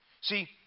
See